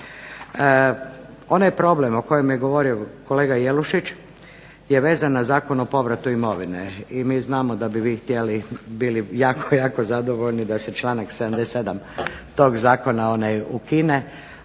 Onaj problem o kojem je govorio kolega Jelušić je vezan za Zakon o povratu imovine i mi znamo da bi vi bili jako, jako zadovoljni da se članak 77. tog zakona ukine,